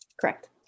Correct